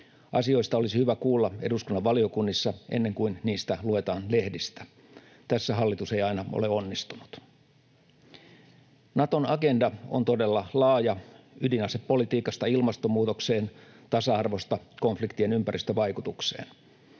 Asioista olisi hyvä kuulla eduskunnan valiokunnissa ennen kuin niistä luetaan lehdistä. Tässä hallitus ei aina ole onnistunut. Naton agenda on todella laaja: ydinasepolitiikasta ilmastonmuutokseen, tasa-arvosta konfliktien ympäristövaikutuksiin.